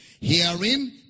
hearing